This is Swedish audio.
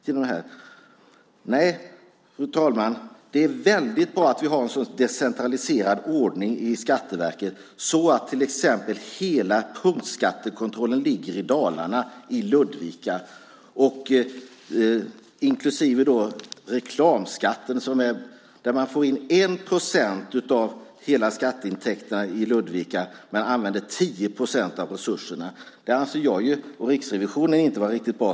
Nej, fru talman, det är bra att vi har en så decentraliserad ordning i Skatteverket att till exempel hela punktskattekontrollen ligger i Dalarna - i Ludvika. Detta inkluderar reklamskatten, där man får in 1 procent av hela skatteintäkterna i Ludvika men använder 10 procent av resurserna. Det anser jag och Riksrevisionen inte vara riktigt bra.